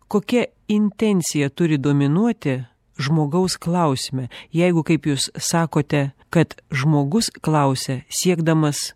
kokia intencija turi dominuoti žmogaus klausime jeigu kaip jūs sakote kad žmogus klausia siekdamas